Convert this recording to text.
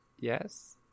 Yes